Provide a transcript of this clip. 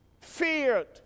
Feared